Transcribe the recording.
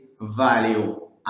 value